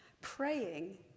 praying